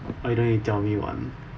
why don't you tell me one